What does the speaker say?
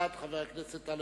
תודה לחבר הכנסת אלדד.